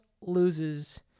loses